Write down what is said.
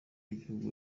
y’igihugu